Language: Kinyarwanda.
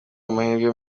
amahirwe